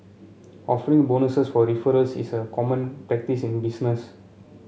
offering bonuses for referrals is a common practice in business